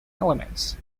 elements